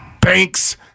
Banks